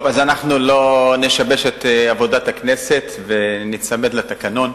אז לא נשבש את עבודת הכנסת וניצמד לתקנון.